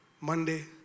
Monday